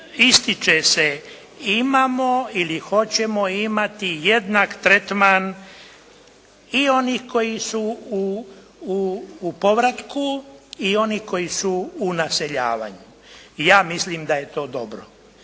ističe se imamo ili hoćemo imati jednak tretman i onih koji su u povratku i onih koji su u naseljavanju. Ja mislim da je to dobro,